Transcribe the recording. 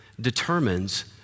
determines